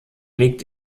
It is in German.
liegt